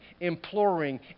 imploring